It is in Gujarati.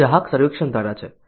તે ગ્રાહક સર્વેક્ષણ દ્વારા છે